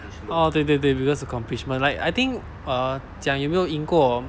oh 对对对 biggest accomplishment like I think err 讲有没有赢过